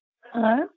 hello